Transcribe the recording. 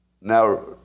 now